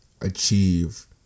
achieve